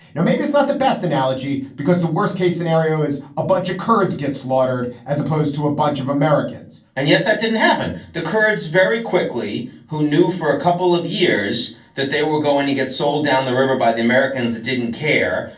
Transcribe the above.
now, maybe it's not the best analogy, because the worst-case scenario is a bunch of kurds get slaughtered as opposed to a bunch of americans and yet that didn't happen. the kurds very quickly. who knew for a couple of years that they were going to get sold down the river by the americans that didn't care.